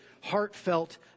heartfelt